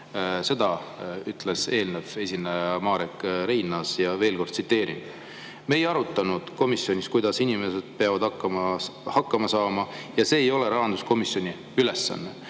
seda ütles eelmine esineja Marek Reinaas. Veel kord tsiteerin: me ei arutanud komisjonis, kuidas inimesed peavad hakkama saama, see ei ole rahanduskomisjoni ülesanne.